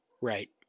Right